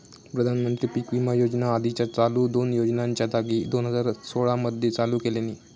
प्रधानमंत्री पीक विमा योजना आधीच्या चालू दोन योजनांच्या जागी दोन हजार सोळा मध्ये चालू केल्यानी